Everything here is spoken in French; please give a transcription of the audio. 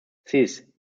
six